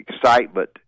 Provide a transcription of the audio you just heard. excitement